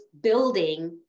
building